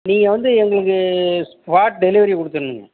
நீங்கள் வந்து எங்களுக்கு ஸ்பாட் டெலிவரி கொடுத்துட்ணுங்க